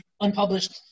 unpublished